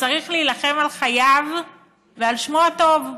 שצריך להילחם על חייו ועל שמו הטוב.